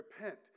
repent